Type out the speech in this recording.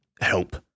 help